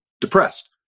depressed